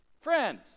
Friend